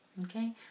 Okay